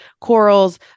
Corals